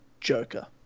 joker